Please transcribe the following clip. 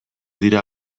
dira